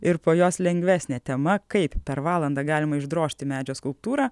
ir po jos lengvesnė tema kaip per valandą galima išdrožti medžio skulptūrą